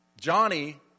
Johnny